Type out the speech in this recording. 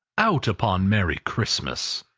out upon merry christmas!